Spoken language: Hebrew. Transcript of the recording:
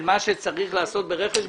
של מה שצריך לעשות ברכש גומלין,